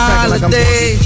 Holiday